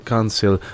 Council